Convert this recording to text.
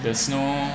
there's no